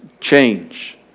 change